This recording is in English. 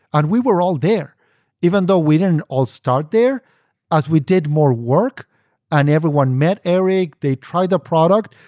and we were all there even though we didnaeurt all start there as we did more work and everyone met eric, they tried the product,